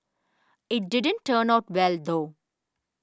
it didn't turn out well though